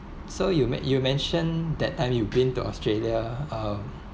so you men~ you mention that aren't you been to australia uh